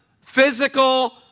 physical